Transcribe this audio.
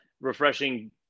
refreshing